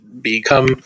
become